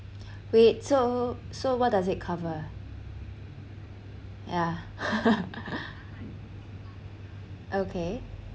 wait so so what does it cover ya okay